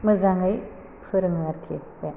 मोजाङै फोरोङो आरोखि बे